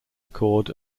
record